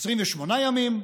28 ימים.